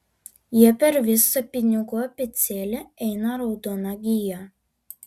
jie per visą pinigų abėcėlę eina raudona gija